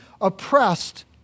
oppressed